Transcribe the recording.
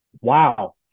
wow